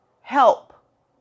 help